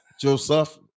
Joseph